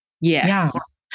Yes